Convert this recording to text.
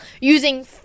using